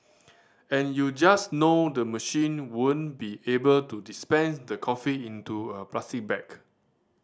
and you just know the machine won't be able to dispense the coffee into a plastic bag